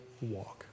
walk